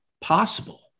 possible